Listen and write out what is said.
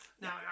Now